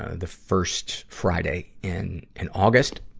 the first friday in, in august.